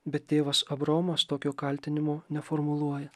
bet tėvas abraomas tokio kaltinimo neformuluoja